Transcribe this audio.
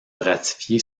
ratifier